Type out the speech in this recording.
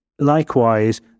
Likewise